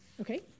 Okay